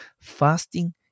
Fasting